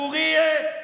חריה,